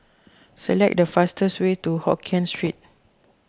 select the fastest way to Hokkien Street